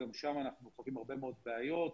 גם שם אנחנו חווים הרבה מאוד בעיות.